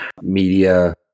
media